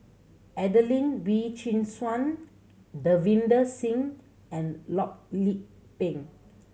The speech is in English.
Adelene Wee Chin Suan Davinder Singh and Loh Lik Peng